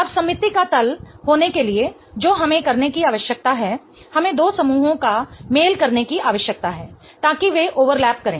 अब सममिति का तल होने के लिए जो हमें करने की आवश्यकता है हमें दो समूहों का मेल करने की आवश्यकता है ताकि वे ओवरलैप करें